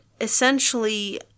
essentially